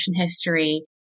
history